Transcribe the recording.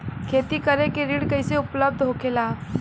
खेती करे के ऋण कैसे उपलब्ध होखेला?